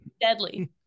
deadly